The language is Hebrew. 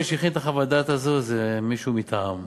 מי שהכין את חוות הדעת הזו הוא מישהו מטעם.